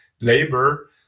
labor